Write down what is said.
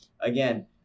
again